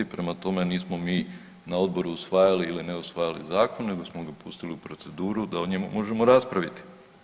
Prema tome, nismo mi na odboru usvajali ili ne usvajali zakon nego smo ga pustili u proceduru da o njemu možemo raspraviti.